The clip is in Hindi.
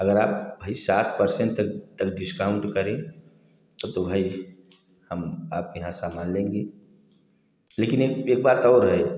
अगर आप भाई सात परसेंट तक तक डिस्काउंट करें तब तो भाई हम आपके यहाँ सामान लेंगे लेकिन एक एक बात और है